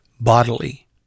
bodily